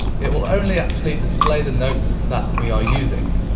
it will only actually display the notes that we are using.